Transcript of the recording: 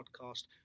podcast